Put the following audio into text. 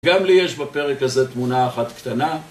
גם לי יש בפרק הזה תמונה אחת קטנה